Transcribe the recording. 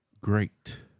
great